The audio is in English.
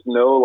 no